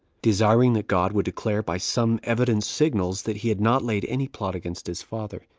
desiring that god would declare, by some evident signals, that he had not laid any plot against his father.